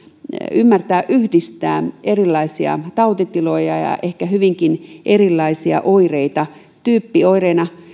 ymmärtämään yhdistämään erilaisia tautitiloja ja ehkä hyvinkin erilaisia oireita tyyppioireena